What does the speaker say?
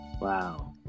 Wow